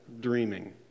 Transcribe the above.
dreaming